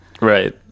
right